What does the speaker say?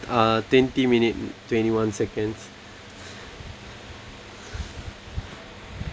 uh twenty minute twenty one seconds